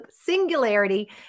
Singularity